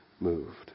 Moved